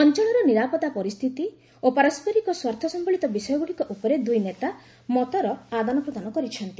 ଅଞ୍ଚଳର ନିରାପତ୍ତା ପରିସ୍ଥିତି ଓ ପରସ୍କରିକ ସ୍ୱାର୍ଥ ସମ୍ଭଳିତ ବିଷୟଗୁଡ଼ିକ ଉପରେ ଦୁଇ ନେତା ମତର ଆଦାନପ୍ରଦାନ କରିଛନ୍ତି